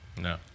No